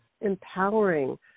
empowering